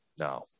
No